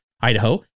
Idaho